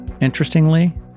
Interestingly